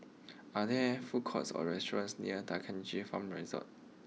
are there food courts or restaurants near D'Kranji Farm Resort